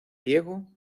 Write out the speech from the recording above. diego